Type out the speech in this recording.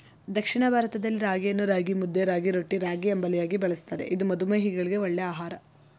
ದಕ್ಷಿಣ ಭಾರತದಲ್ಲಿ ರಾಗಿಯನ್ನು ರಾಗಿಮುದ್ದೆ, ರಾಗಿರೊಟ್ಟಿ, ರಾಗಿಅಂಬಲಿಯಾಗಿ ಬಳ್ಸತ್ತರೆ ಇದು ಮಧುಮೇಹಿಗಳಿಗೆ ಒಳ್ಳೆ ಆಹಾರ